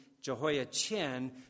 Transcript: Jehoiachin